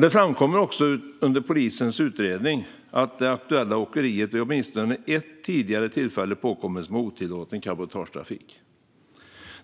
Det framkom också under polisens utredning att det aktuella åkeriet vid åtminstone ett tidigare tillfälle påkommits med otillåten cabotagetrafik.